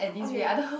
okay